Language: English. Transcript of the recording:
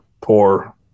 poor